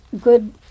good